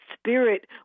spirit